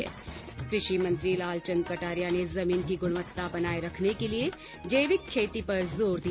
् कृषि मंत्री लाल चन्द कटारिया ने जमीन की गुणवत्ता बनाये रखने के लिए जैविक खेती पर जोर दिया